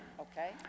okay